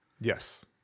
Yes